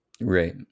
Right